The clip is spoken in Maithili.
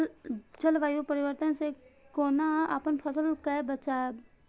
जलवायु परिवर्तन से कोना अपन फसल कै बचायब?